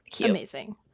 Amazing